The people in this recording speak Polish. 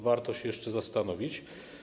Warto się jeszcze zastanowić.